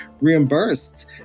reimbursed